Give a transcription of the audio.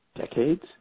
decades